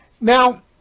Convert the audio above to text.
now